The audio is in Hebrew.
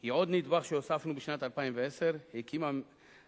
היא עוד נדבך שהוספנו בשנת 2010. הקימה